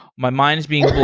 my mind is being blown.